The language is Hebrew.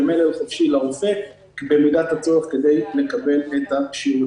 במלל חופשי לרופא במידת הצורך כדי לקבל את השירותים.